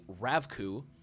Ravku